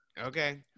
Okay